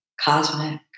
cosmic